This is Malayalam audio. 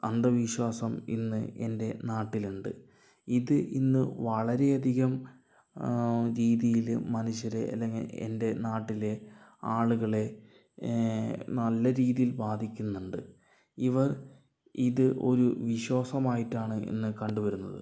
അന്ധവിശ്വാസം ഇന്ന് എൻ്റെ നാട്ടിലുണ്ട് ഇത് ഇന്ന് വളരെ അധികം രീതിയില് മനുഷ്യരെ അല്ലെങ്കിൽ എൻ്റെ നാട്ടിലെ ആളുകളെ നല്ല രീതിയിൽ ബാധിക്കുന്നുണ്ട് ഇവർ ഇത് ഒരു വിശ്വാസമായിട്ടാണ് ഇന്ന് കണ്ട് വരുന്നത്